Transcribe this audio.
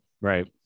right